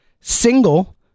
single